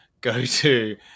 go-to –